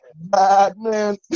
Batman